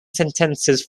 sentences